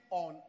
on